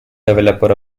developer